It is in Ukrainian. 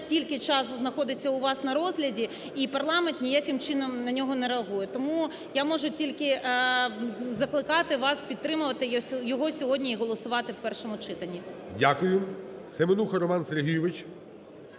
стільки часу знаходиться у вас на розгляді і парламент ніяким чином на нього не реагує? Тому я можу тільки закликати вас підтримувати його сьогодні і голосувати в першому читанні. ГОЛОВУЮЧИЙ. Дякую. Семенуха Роман Сергійович.